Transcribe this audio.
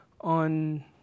on